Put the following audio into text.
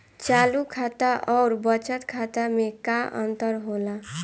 चालू खाता अउर बचत खाता मे का अंतर होला?